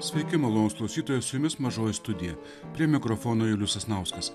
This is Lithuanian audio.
sveiki malonūs klausytojai su jumis mažoji studija prie mikrofono julius sasnauskas